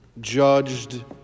judged